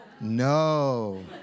No